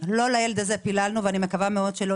לא לילד הזה פיללנו ואני מקווה שלא